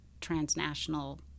transnational